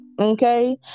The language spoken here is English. okay